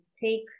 take